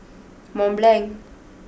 Mont Blanc